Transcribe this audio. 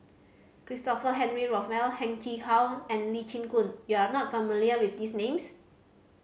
Christopher Henry Rothwell Heng Chee How and Lee Chin Koon you are not familiar with these names